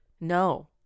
No